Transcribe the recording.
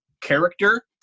character